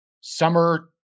summer